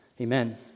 amen